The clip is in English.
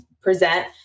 present